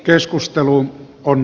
keskustelu on